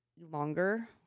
longer